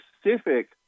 specific